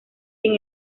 sin